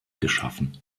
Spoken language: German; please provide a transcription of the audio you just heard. geschaffen